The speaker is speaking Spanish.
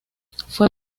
fue